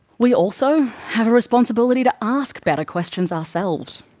we also have a responsibility to ask better questions ourselves.